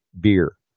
beer